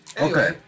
Okay